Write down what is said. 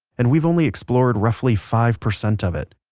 and we've only explored roughly five percent of it.